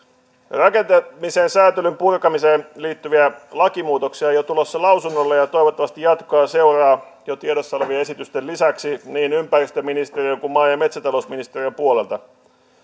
rakentamisen säätelyn purkamiseen liittyviä lakimuutoksia on jo tulossa lausunnolle ja toivottavasti jatkoa seuraa jo tiedossa olevien esitysten lisäksi niin ympäristöministeriön kuin maa ja metsätalousministeriön puolelta